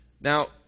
Now